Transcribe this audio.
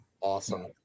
awesome